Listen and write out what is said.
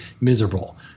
miserable